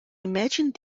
imagine